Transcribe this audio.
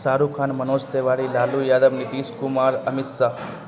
Shah Rukh Khan Manoj Tiwari Lalu Yadav Nitish Kumar Amit Shah